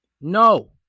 No